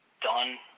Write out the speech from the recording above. done